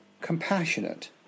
compassionate